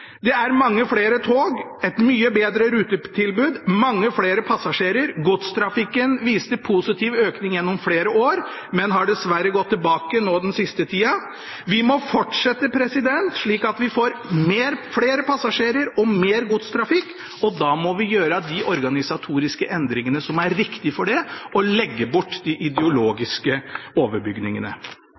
Det er mange flere tog, et mye bedre rutetilbud og mange flere passasjerer. Godstrafikken viste positiv økning gjennom flere år, men har dessverre gått tilbake nå den siste tida. Vi må fortsette, slik at vi får flere passasjerer og mer godstrafikk, og da må vi gjøre de organisatoriske endringene som er riktige for det, og legge bort de ideologiske overbygningene.